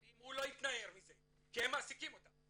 אם הוא לא יתנער מזה, כי הם מעסיקים אותם.